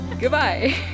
goodbye